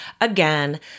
again